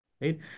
right